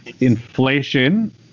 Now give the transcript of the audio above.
inflation